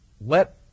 let